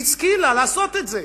היא השכילה לעשות את זה.